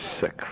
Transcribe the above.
sick